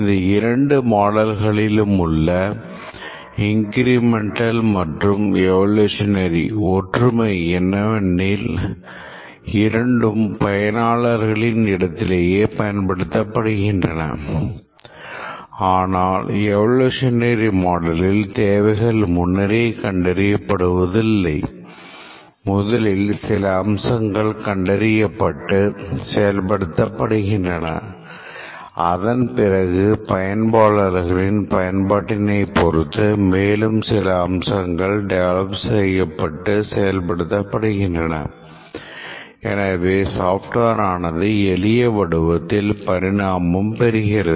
இந்த இரண்டு மாடல்களிலும் உள்ள பெறகிறது